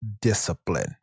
discipline